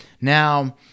Now